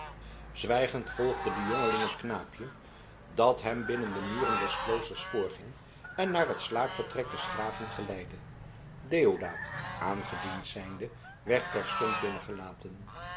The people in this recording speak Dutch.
zwijgend volgde de jongeling het knaapje dat hem binnen de muren des kloosters voorging en naar het slaapvertrek des graven geleidde deodaat aangediend zijnde werd terstond binnengelaten